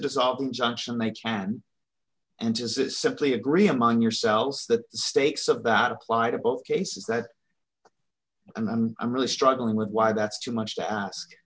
dissolve the injunction they can and just simply agree among yourselves the stakes of that apply to both cases that i'm i'm really struggling with why that's too much to ask